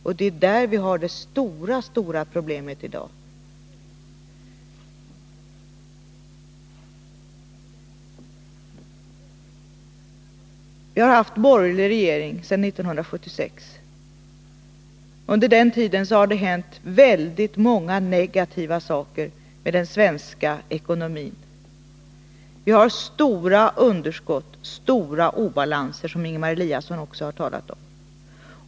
Det är där vi har det stora problemet i dag. Vi har haft borgerliga regeringar sedan 1976. Under den tiden har det hänt väldigt många negativa saker med den svenska ekonomin. Vi har stora underskott, stora obalanser, som Ingemar Eliasson också har talat om.